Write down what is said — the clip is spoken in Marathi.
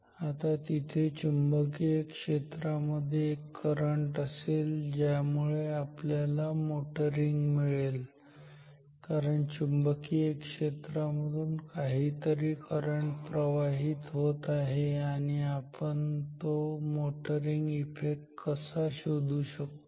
आता तिथे चुंबकीय क्षेत्रामध्ये एक करंट असेल ज्याच्यामुळे आपल्याला मोटरिंग मिळेल कारण चुंबकीय क्षेत्रामधून काहीतरी करंट प्रवाहित होत आहे आणि आपण तो मोटरिंग इफेक्ट कसा शोधू शकतो